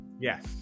Yes